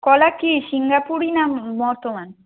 কলা কি সিঙ্গাপুরি না মর্তমান